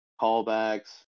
callbacks